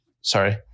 sorry